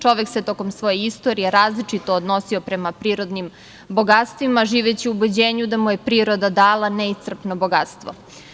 Čovek se tokom svoje istorije različito odnosio prema prirodnim bogatstvima, živeći u ubeđenju da mu je priroda dala neiscrpno bogatstvo.